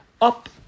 up